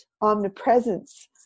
omnipresence